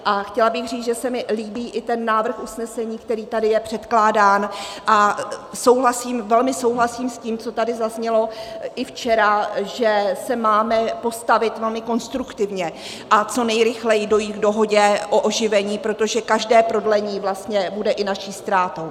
A chtěla bych říct, že se mi líbí i ten návrh usnesení, který tady je předkládán, velmi souhlasím s tím, co tady zaznělo i včera, že se máme postavit velmi konstruktivně a co nejrychleji dojít k dohodě o oživení, protože každé prodlení vlastně bude i naší ztrátou.